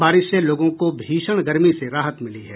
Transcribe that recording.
बारिश से लोगों को भीषण गर्मी से राहत मिली है